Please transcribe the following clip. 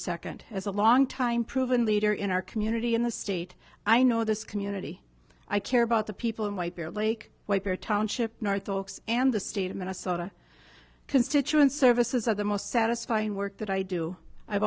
second as a long time proven leader in our community in the state i know this community i care about the people in white bear lake wiper township north oaks and the state of minnesota constituent services are the most satisfying work that i do i've